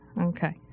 Okay